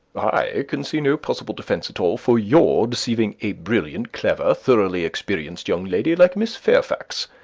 i can see no possible defence at all for your deceiving a brilliant, clever, thoroughly experienced young lady like miss fairfax.